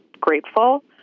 grateful